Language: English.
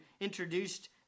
introduced